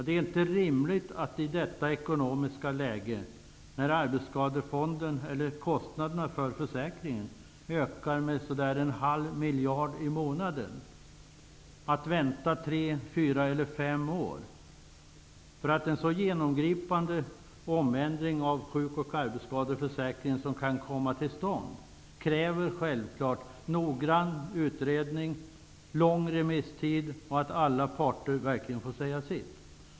Det är inte rimligt att i detta ekonomiska läge, när kostnaderna för försäkringen ökar med ungefär en halv miljard i månaden, vänta tre, fyra eller fem år. En så genomgripande ändring av sjuk och arbetsskadeförsäkringen som kan komma till stånd kräver självfallet noggrann utredning, lång remisstid och att alla parter verkligen får säga sitt.